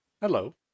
Hello